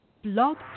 Blog